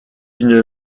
une